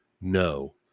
No